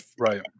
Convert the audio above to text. Right